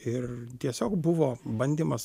ir tiesiog buvo bandymas